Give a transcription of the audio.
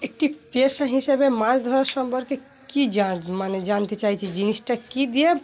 একটি পেশা হিসেবে মাছ ধরার সম্পর্কে কী জানা মানে জানতে চাইছি জিনিসটা কী দিয়ে